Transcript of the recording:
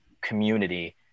community